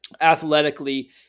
athletically